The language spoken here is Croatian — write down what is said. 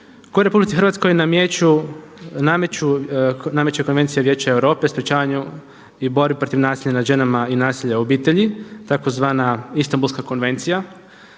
koje RH nameće Konvencija vijeća Europe o sprječavanju i borbi protiv nasilja nad ženama i nasilja u obitelji, tzv. Istambulska konvencija,